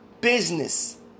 business